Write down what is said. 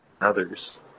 others